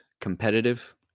competitive